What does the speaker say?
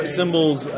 symbols